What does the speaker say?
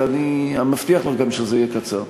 ואני מבטיח לך גם שזה יהיה קצר.